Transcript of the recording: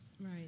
Right